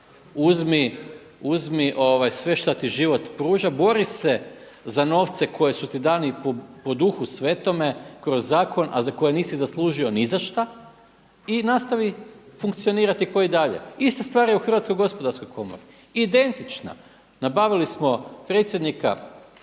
uzmi sve što ti život pruža, bori se za novce koji su ti dani po duhu svetome kroz zakon, a koje nisi zaslužio ni za šta i nastavi funkcionirati ko i dalje. Ista stvar je i u HGK, identična. Nabavili smo predsjednika